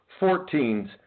Fourteens